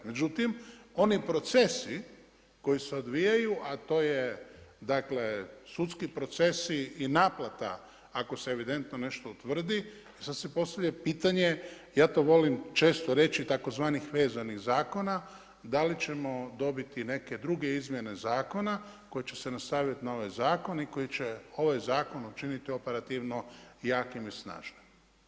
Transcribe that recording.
Međutim, oni procesi koji se odvijaju a to je sudski procesi i naplata ako se evidentno nešto utvrdi, sad se postavlja pitanje, ja to volim često reći, tzv. vezanih zakona, da li ćemo dobiti neke druge izmjene zakona koje će se nastaviti na ovaj zakon i koji će ovaj zakon učiniti operativno jakim i snažnim.